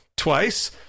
Twice